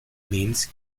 means